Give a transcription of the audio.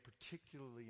particularly